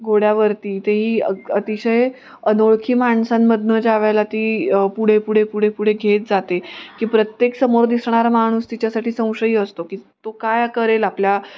घोड्यावरती तेही अगदी अतिशय अनोळखी माणसांमधून ज्यावेळेला ती पुढे पुढे पुढे पुढे घेत जाते की प्रत्येक समोर दिसणारा माणूस तिच्यासाठी संशयी असतो की तो काय करेल आपल्या